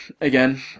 again